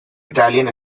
italian